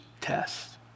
test